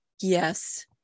Yes